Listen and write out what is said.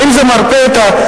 האם זה מרפא את המחלה?